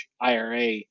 IRA